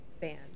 band